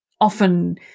often